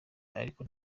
ariko